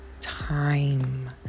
time